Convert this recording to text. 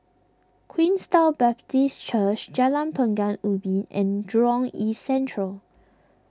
Queenstown Baptist Church Jalan Pekan Ubin and Jurong East Central